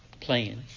plan